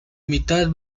mitad